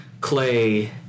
Clay